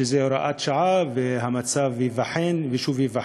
שזו הוראת שעה והמצב ייבחן ושוב ייבחן.